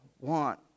want